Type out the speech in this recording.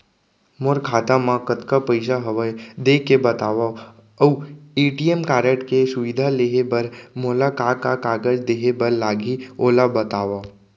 मोर खाता मा कतका पइसा हवये देख के बतावव अऊ ए.टी.एम कारड के सुविधा लेहे बर मोला का का कागज देहे बर लागही ओला बतावव?